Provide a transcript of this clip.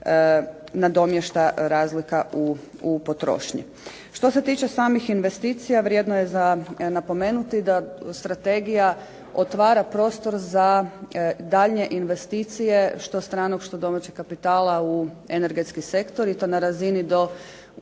nadomješta razlika u potrošnji. Što se tiče samih investicija vrijedno je napomenuti da strategija otvara prostor za daljnje investicije što stranog što domaćeg kapitala u energetski sektor i to na razini u